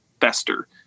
Fester